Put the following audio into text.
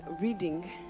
reading